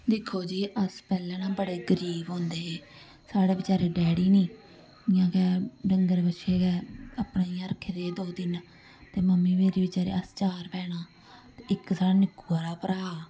दिक्खो जी अस पैह्लें ना बड़े गरीब होंदे हे साढ़े बेचारे डैडी नी इ'यां गै डंगर बच्छे गै अपने इ'यां रक्खे दे हे दो तिन्न ते मम्मी मेरी बेचारे अस चार भैना ते इक साढ़ा निक्कू हारा भ्राऽ